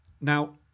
Now